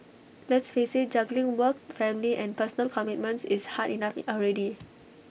let's face IT juggling work family and personal commitments is hard enough already